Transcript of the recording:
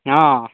हँ